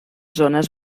zones